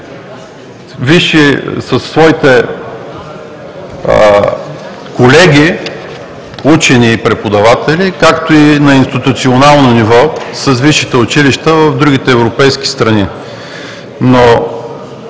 с техните колеги – учени и преподаватели, както и на институционално ниво с висшите училища в другите европейски страни.